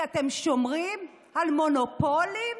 כי אתם שומרים על מונופולים?